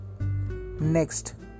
next